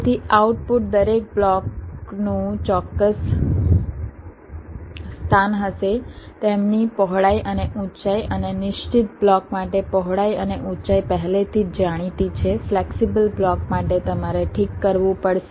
તેથી આઉટપુટ દરેક બ્લોકનું ચોક્કસ સ્થાન હશે તેમની પહોળાઈ અને ઊંચાઈ અને નિશ્ચિત બ્લોક માટે પહોળાઈ અને ઊંચાઈ પહેલેથી જ જાણીતી છે ફ્લેક્સિબલ બ્લોક માટે તમારે ઠીક કરવું પડશે